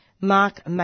Mark